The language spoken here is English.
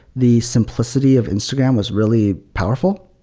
the simplicity of instagram was really powerful,